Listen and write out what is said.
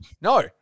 No